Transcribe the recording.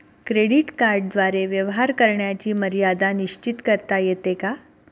Credit कार्डद्वारे व्यवहार करण्याची मर्यादा निश्चित करता येते का?